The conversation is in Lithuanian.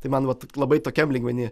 tai man vat labai tokiam lygmeny